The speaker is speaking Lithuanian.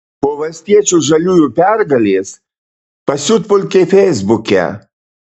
po valstiečių žaliųjų pergalės pasiutpolkė feisbuke